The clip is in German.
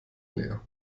leer